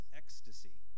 ecstasy